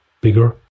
bigger